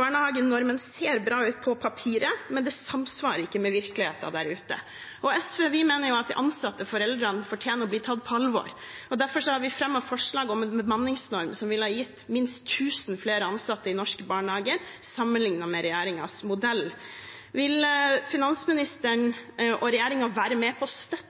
Barnehagenormen ser bra ut på papiret, men det samsvarer ikke med virkeligheten der ute. Vi i SV mener at de ansatte og foreldrene fortjener å bli tatt på alvor. Derfor har vi fremmet forslag om en bemanningsnorm som ville ha gitt minst tusen flere ansatte i norske barnehager sammenlignet med regjeringens modell. Vil finansministeren og regjeringen være med på å støtte